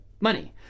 money